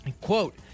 quote